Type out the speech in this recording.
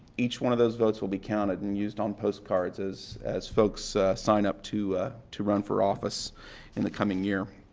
each one of those votes will be counted and used on postcards as as folks sign up to to run for office in the coming year.